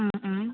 മ് മ്